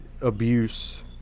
abuse